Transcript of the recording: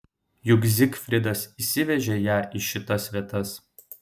juk zigfridas išvežė ją į šitas vietas